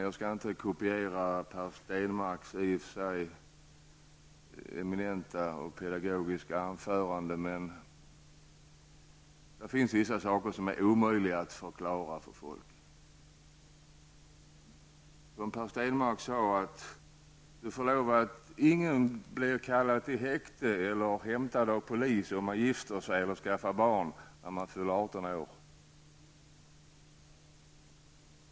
Jag skall inte kopiera Per Stenmarcks i och för sig eminenta och pedagogiska anförande, men det finns vissa saker som är omöjliga att förklara för folk. Per Stenmarck sade att ingen blir kallad till häkte eller hotad av polis om han gifter sig eller skaffar sig barn när han fyller 18 år.